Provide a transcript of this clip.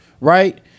Right